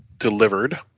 delivered